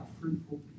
fruitful